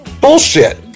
Bullshit